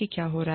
क्या हो रहा है